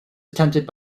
attempted